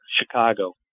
Chicago